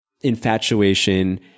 infatuation